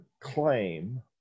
claim